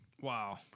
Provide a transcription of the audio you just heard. Wow